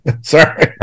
Sorry